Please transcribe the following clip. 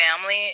family